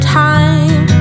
time